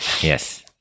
Yes